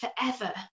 forever